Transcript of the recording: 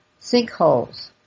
sinkholes